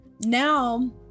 now